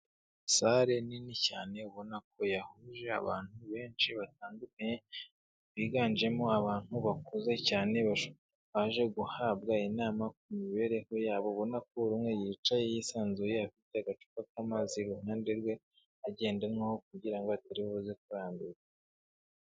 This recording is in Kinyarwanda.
Salle nini cyane ubona ko yahuje abantu benshi batandukanye biganjemo abantu bakuze cyane baje guhabwa inama ku mibereho yabo ubona ko umwe yicaye yisanzuye afite agacupa k'amazi iruhande rwe agenda anywaho kugira ngo ataribuze kurambirwa.